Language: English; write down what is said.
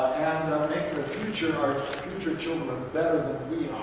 make our future our future children better than